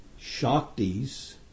shaktis